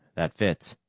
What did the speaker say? that fits.